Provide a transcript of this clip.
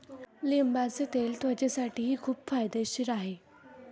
लिंबाचे तेल त्वचेसाठीही खूप फायदेशीर आहे